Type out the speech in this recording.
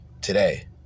today